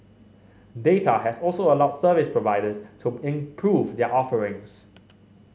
data has also allowed service providers to improve their offerings